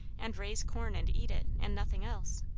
and raise corn and eat it, and nothing else.